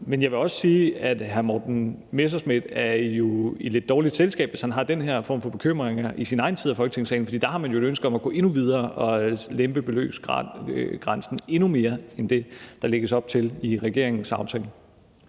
Men jeg vil også sige, at hr. Morten Messerschmidt jo er i lidt dårligt selskab, hvis han har den her form for bekymring, i sin egen side af Folketingssalen, for der har man jo et ønske om at gå endnu videre og lempe beløbsgrænsen endnu mere end det, der lægges op til i regeringens aftale.